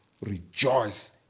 rejoice